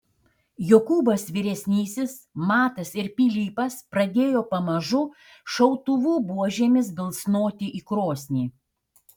jokūbas vyresnysis matas ir pilypas pradėjo pamažu šautuvų buožėmis bilsnoti į krosnį